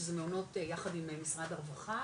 שזה מעונות יחד עם משרד הרווחה